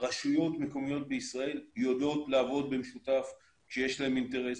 רשויות מקומיות בישראל יודעות לעבוד במשותף כשיש להם אינטרס